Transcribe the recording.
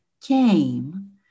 came